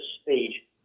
speed